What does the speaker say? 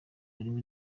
harimo